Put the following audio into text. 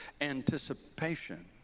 anticipation